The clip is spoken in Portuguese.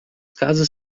casas